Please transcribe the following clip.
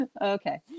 Okay